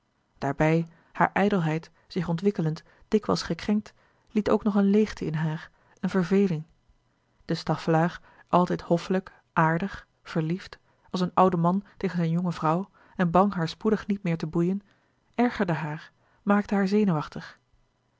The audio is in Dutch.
daarbij hare ijdelheid zich ontwikkelend dikwijls gekrenkt liet ook nog een leêgte in haar een verveling de staffelaer altijd hoffelijk aardig verliefd als een oude man tegen zijn jonge vrouw en bang haar spoedig niet meer louis couperus de boeken der kleine zielen te boeien ergerde haar maakte haar zenuwachtig